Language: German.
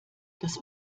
das